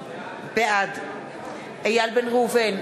בעד איל בן ראובן,